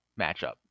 matchup